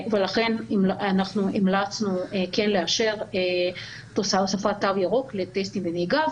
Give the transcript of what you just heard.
לכן המלצנו כן לאשר הוספת תו ירוק לטסטים בנהיגה.